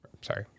sorry